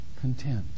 content